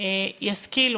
ישכילו